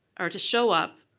or to show up,